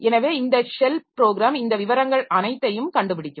எனவே இந்த shell program இந்த விவரங்கள் அனைத்தையும் கண்டுபிடிக்கும்